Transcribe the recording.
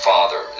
Father